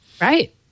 Right